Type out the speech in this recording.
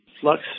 flux